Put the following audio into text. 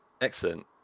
excellent